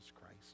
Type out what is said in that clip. Christ